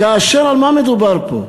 כאשר על מה מדובר פה?